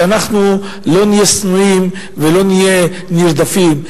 שאנחנו לא נהיה שנואים ולא נהיה נרדפים.